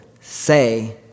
say